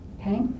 Okay